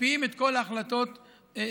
מקפיאים את כל ההחלטות הללו.